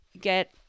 get